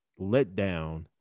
letdown